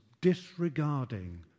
disregarding